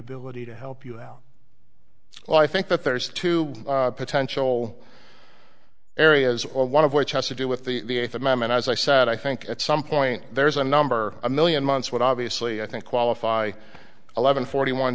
ability to help you out well i think that there's two potential areas or one of which has to do with the them and as i said i think at some point there's a number a million months would obviously i think qualify eleven forty on